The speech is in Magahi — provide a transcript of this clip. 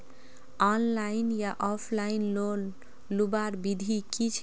ऑनलाइन या ऑफलाइन लोन लुबार विधि की छे?